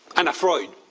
and australia.